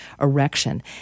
erection